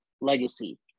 legacy